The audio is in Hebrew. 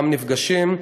גם נפגשים.